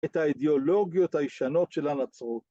‫את האידאולוגיות הישנות של הנצרות.